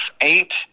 eight